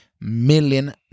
million